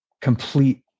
complete